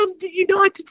United